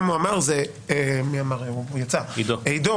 אמר עידו